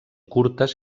curtes